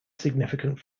significant